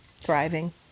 thriving